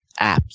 apps